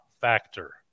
factor